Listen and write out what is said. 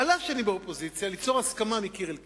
אף שאני באופוזיציה, היא ליצור הסכמה מקיר אל קיר.